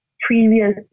previous